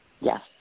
Yes